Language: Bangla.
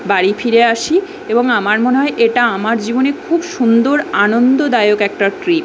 বাড়ি ফিরে আসি এবং আমার মনে হয় এটা আমার জীবনে খুব সুন্দর আনন্দদায়ক একটা ট্রিপ